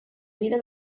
vida